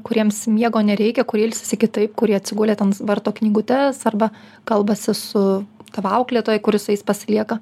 kuriems miego nereikia kur ilsisi kitaip kurie atsigulę ten varto knygutes arba kalbasi su tavo auklėtoja kuri su jais pasilieka